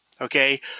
Okay